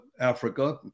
Africa